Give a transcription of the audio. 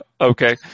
Okay